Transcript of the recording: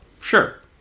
sure